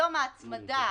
היום ההצמדה